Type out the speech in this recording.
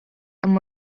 and